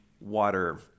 water